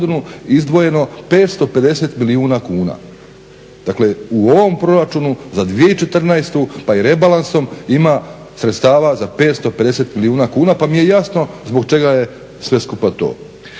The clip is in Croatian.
izdvojeno 550 milijuna kuna. Dakle, u ovom proračunu za 2014. pa i rebalansom ima sredstava za 550 milijuna kuna pa mi je jasno zbog čega je sve skupa to.